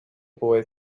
boy